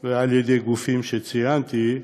ועל-ידי גופים שציינתי,